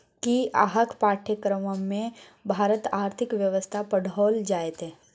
कि अहाँक पाठ्यक्रममे भारतक आर्थिक व्यवस्था पढ़ाओल जाएत?